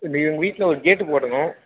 எங்கள் வீட்டில் ஒரு கேட்டு போடணும்